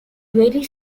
very